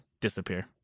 disappear